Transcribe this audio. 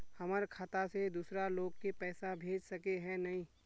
हमर खाता से दूसरा लोग के पैसा भेज सके है ने?